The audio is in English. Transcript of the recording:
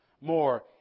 more